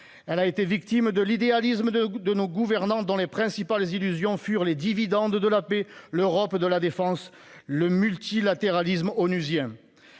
Elle a été victime de l'idéalisme de nos gouvernants, dont les principales illusions furent les « dividendes de la paix », l'Europe de la défense, le multilatéralisme onusien.